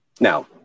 Now